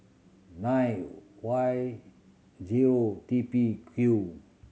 nine Y zero T P Q